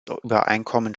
übereinkommen